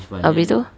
habis tu